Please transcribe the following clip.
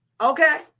Okay